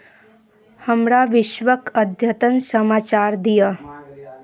हमरा विश्वके अद्यतन समाचार दिअऽ